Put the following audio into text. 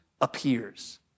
appears